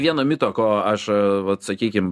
vieno mito ko aš vat sakykim